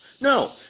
No